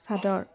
চাদৰ